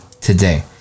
today